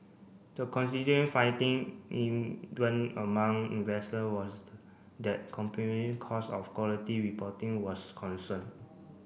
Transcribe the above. the finding even among investor was that costs of quality reporting was concern